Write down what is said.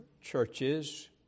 churches